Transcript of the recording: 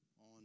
on